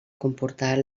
comportar